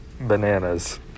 bananas